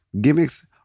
gimmicks